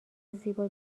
زیبا